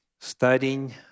studying